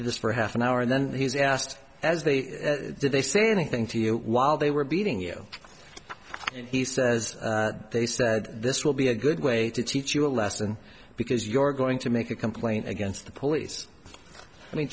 this for half an hour and then he asked as they did they say anything to you while they were beating you he says they said this will be a good way to teach you a lesson because you're going to make a complaint against the police